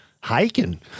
hiking